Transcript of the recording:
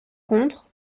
contre